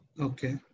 Okay